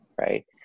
right